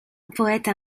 poète